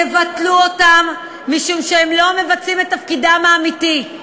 תבטלו אותם, משום שהם לא מבצעים את תפקידם האמיתי.